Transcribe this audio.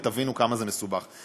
ותבינו כמה זה מסובך,